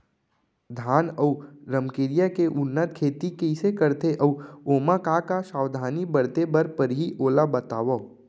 धान अऊ रमकेरिया के उन्नत खेती कइसे करथे अऊ ओमा का का सावधानी बरते बर परहि ओला बतावव?